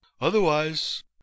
Otherwise